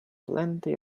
plenty